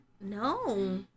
No